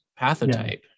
pathotype